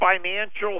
financial